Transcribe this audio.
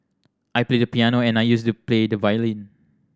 I play the piano and I used to play the violin